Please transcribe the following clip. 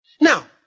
Now